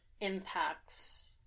impacts